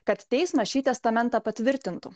kad teismas šį testamentą patvirtintų